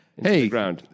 Hey